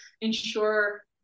ensure